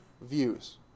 views